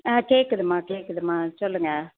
ஆ கேக்குதும்மா கேக்குதும்மா சொல்லுங்கள்